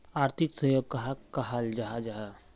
आर्थिक सहयोग कहाक कहाल जाहा जाहा?